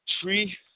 tree